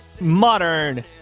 modern